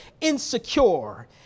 insecure